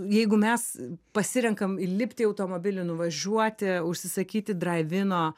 jeigu mes pasirenkam įlipti į automobilį nuvažiuoti užsisakyti draivino